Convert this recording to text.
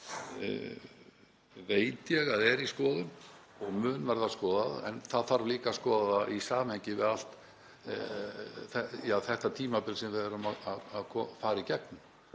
veit ég að er í skoðun og mun verða skoðað. En það þarf líka að skoða það í samhengi við allt þetta tímabil sem við erum að fara í gegnum